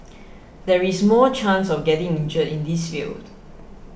there is more chance of getting injured in this field